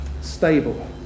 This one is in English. stable